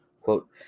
Quote